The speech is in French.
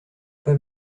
pas